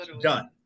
Done